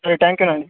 సరే thank you అండి